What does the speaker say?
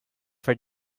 for